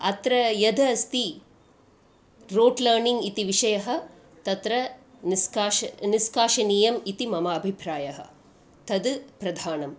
अत्र यदस्ति rote learning इति विषयः तत्र निस्काष निष्कासनीयम् इति मम अभिप्रायः तद् प्रधानम्